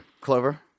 Clover